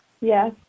Yes